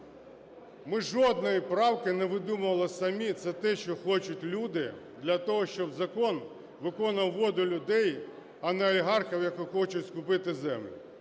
Ми жодної правки не видумували самі, це те, що хочуть люди для того, щоб закон виконував волю людей, а не олігархів, які хочуть скупити землю.